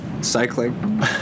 Cycling